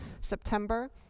September